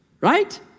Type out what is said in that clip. right